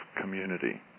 community